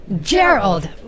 Gerald